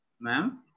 Ma'am